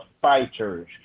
fighters